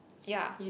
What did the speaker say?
ya